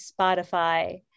Spotify